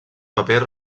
paper